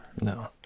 No